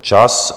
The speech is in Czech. Čas.